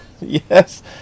yes